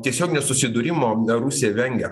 tiesioginio susidūrimo rusija vengia